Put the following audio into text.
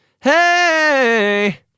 Hey